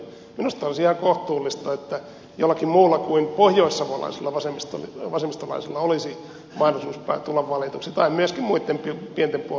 minusta olisi ihan kohtuullista että jollakin muulla kuin pohjoissavolaisella vasemmistolaisella olisi mahdollisuus tulla valituksi tai myöskin muitten pienten puolueitten edustajilla